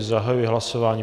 Zahajuji hlasování.